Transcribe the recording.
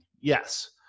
yes